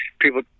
people